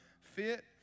fit